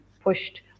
pushed